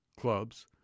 clubs